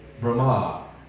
Brahma